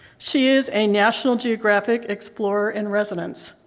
she is a national geographic explorer in residence.